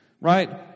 right